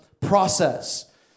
process